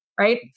right